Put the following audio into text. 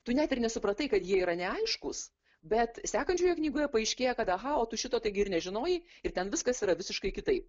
tu net ir nesupratai kad jie yra neaiškūs bet sekančioje knygoje paaiškėja kad aha o tu šito taigi ir nežinojai ir ten viskas yra visiškai kitaip